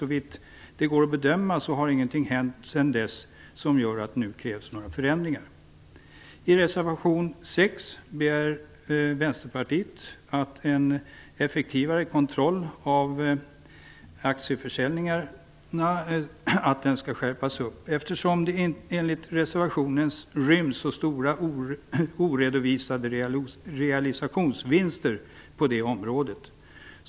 Såvitt det går att bedöma har ingenting hänt sedan dess som gör att det nu krävs några förändringar. I reservation 6 begär Vänsterpartiet att kontrollen av aktieförsäljningar skall effektiviseras. Enligt reservanterna förblir stora realisationsvinster på det området oredovisade.